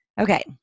Okay